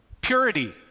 purity